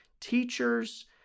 teachers